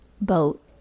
boat